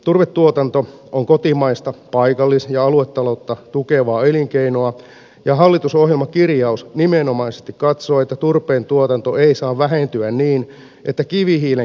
turvetuotanto on kotimaista paikallis ja aluetaloutta tukevaa elinkeinoa ja hallitusohjelmakirjaus nimenomaisesti katsoo että turpeen tuotanto ei saa vähentyä niin että kivihiilen käyttö lisääntyy